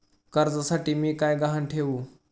कर्जासाठी मी काय गहाण ठेवू?